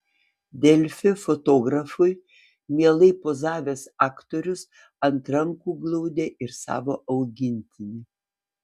delfi fotografui mielai pozavęs aktorius ant rankų glaudė ir savo augintinį